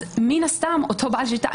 אז מין הסתם אותו בעל שליטה,